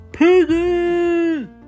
Piggy